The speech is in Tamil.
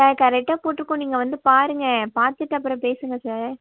சார் கரெக்டாக போட்ருக்கோம் நீங்கள் வந்து பாருங்கள் பார்த்துட்டு அப்புறம் பேசுங்கள் சார்